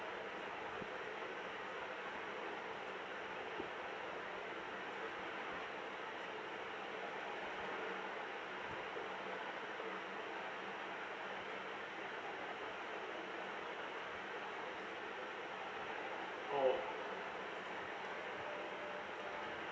oh